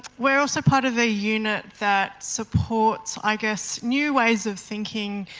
we're also part of a unit that supports i guess new ways of thinking,